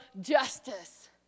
justice